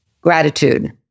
gratitude